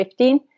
2015